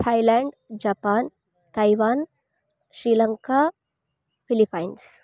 Thailand Japan Taiwan Sri Lanka Philippines